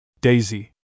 Daisy